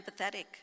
empathetic